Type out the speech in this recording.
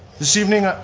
this evening,